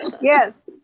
yes